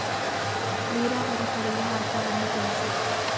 ನೀರಾವರಿ ಪದದ ಅರ್ಥವನ್ನು ತಿಳಿಸಿ?